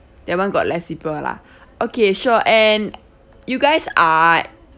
that [one] got less people lah okay sure and you guys are